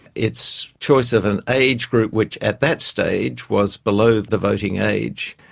its choice of an age group which at that stage was below the voting age,